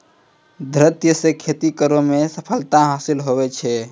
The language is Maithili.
धरतीये से खेती करै मे सफलता हासिल होलो छै